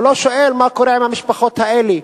והוא לא שואל מה קורה עם המשפחות האלה.